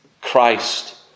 Christ